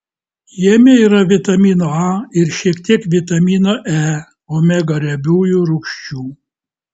jame yra vitamino a ir šiek tiek vitamino e omega riebiųjų rūgščių